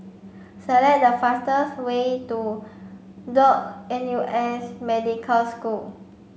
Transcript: select the fastest way to Duke N U S Medical School